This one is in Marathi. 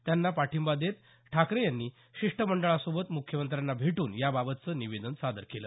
त्यांना पाठिंबा देत ठाकरे यांनी शिष्टमंडळासोबत मुख्यमंत्र्यांना भेटून याबाबतचं निवेदन सादर केलं